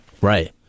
Right